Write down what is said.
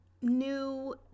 new